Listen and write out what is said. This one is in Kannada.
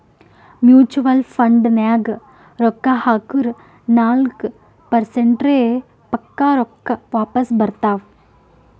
ಮ್ಯುಚುವಲ್ ಫಂಡ್ನಾಗ್ ರೊಕ್ಕಾ ಹಾಕುರ್ ನಾಲ್ಕ ಪರ್ಸೆಂಟ್ರೆ ಪಕ್ಕಾ ರೊಕ್ಕಾ ವಾಪಸ್ ಬರ್ತಾವ್